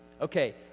Okay